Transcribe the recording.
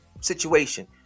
situation